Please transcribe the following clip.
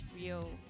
real